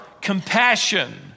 compassion